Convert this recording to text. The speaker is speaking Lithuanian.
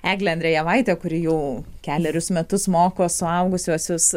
eglė andrejevaitė kuri jau kelerius metus moko suaugusiuosius